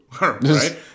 right